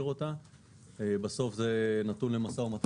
בסוף זה נתון למו"מ,